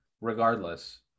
regardless